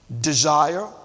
desire